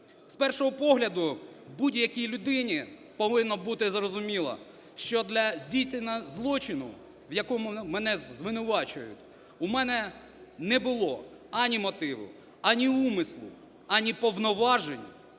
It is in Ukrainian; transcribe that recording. З першого погляду будь-якій людині повинно бути зрозуміло, що для здійснення злочину, в якому мене звинувачують, у мене не було ані мотиву, ані умислу, ані повноважень,